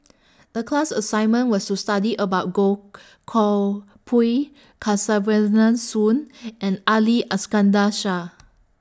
The class assignment was to study about Goh Koh Pui Soon and Ali Iskandar Shah